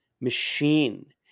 machine